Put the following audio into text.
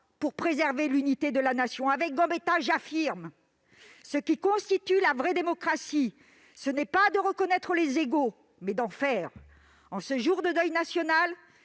pour préserver l'unité de la Nation. Avec Gambetta, j'affirme :« Ce qui constitue la vraie démocratie, ce n'est pas de reconnaître des égaux, mais d'en faire. » En ce jour de deuil national,